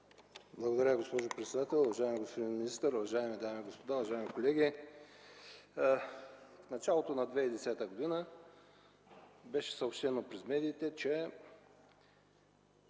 Благодаря, госпожо председател. Уважаеми господин министър, уважаеми дами и господа, уважаеми колеги! В началото на 2010 г. беше съобщено през медиите, че